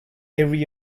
every